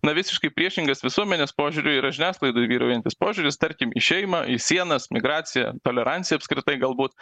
na visiškai priešingas visuomenės požiūriu yra žiniasklaidoj vyraujantis požiūris tarkim į šeimą į sienas migraciją toleranciją apskritai galbūt